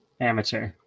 amateur